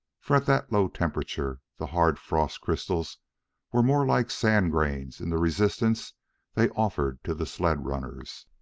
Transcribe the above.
for at that low temperature the hard frost-crystals were more like sand-grains in the resistance they offered to the sled runners.